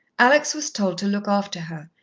alex was told to look after her,